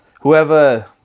Whoever